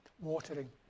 watering